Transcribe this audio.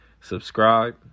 Subscribe